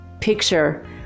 picture